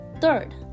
third